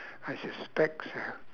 I suspect so